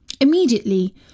Immediately